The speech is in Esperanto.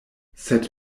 sed